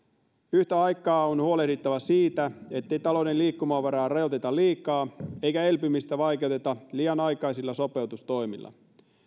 yhtä aikaa on huolehdittava siitä ettei talouden liikkumavaraa rajoiteta liikaa eikä elpymistä vaikeuteta liian aikaisilla sopeutustoimilla